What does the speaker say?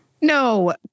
No